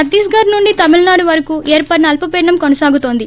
చత్తీస్ ఘర్ నుండి తమిళనాడు వరకు ఏర్పడిన అల్సపీడనం కొనసాగుతోంది